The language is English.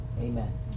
Amen